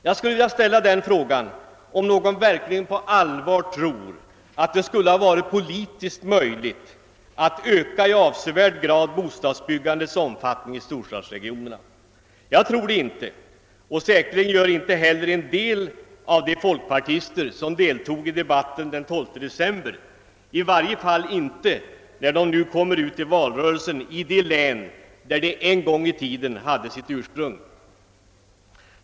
Jag skulle vilja fråga, om någon verkligen på allvar tror att det skulle ha varit politiskt möjligt att i avsevärd grad öka bostadsbyggandets omfattning i storstadsregionerna. Jag tror det inte, och säkerligen inte heller vissa av de folkpartister som deltog i debatten den 12 december, i varje fall inte när de nu kommer ut i valrörelsen i det län där de en gång i tiden hörde hemma!